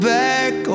back